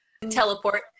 Teleport